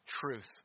truth